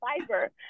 fiber